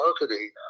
marketing